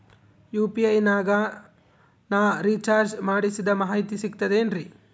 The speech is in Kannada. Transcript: ಯು.ಪಿ.ಐ ನಾಗ ನಾ ರಿಚಾರ್ಜ್ ಮಾಡಿಸಿದ ಮಾಹಿತಿ ಸಿಕ್ತದೆ ಏನ್ರಿ?